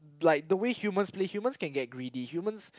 like the way humans play humans can get greedy humans